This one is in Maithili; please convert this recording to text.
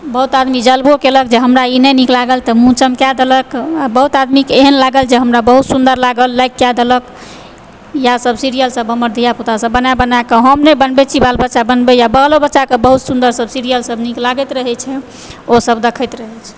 बहुत आदमी जलबो केलक जे हमरा ई नहि नीक लागल तऽ मुँह चमका देलक बहुत आदमी के एहन लागल जे हमरा बहुत सुन्दर लागल लाइक कय देलक यऽ सब सीरियल सब हमर धियापुता सब बना बना कऽ हम नहि बनबे छी बाल बच्चा बनबैए बालो बच्चा के बहुत सुन्दर सऽ सीरियल सब नीक लागैत रहे छै ओ सब देखैत रहै छै